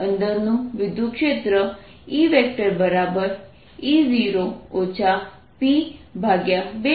અંદરનું વિદ્યુતક્ષેત્ર E E0 P20છે તેથી આ EE0 e2eE0y બનશે